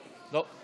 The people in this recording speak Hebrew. לא.